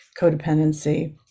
codependency